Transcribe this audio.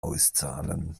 auszahlen